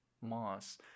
Moss